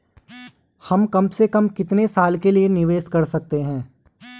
हम कम से कम कितने साल के लिए निवेश कर सकते हैं?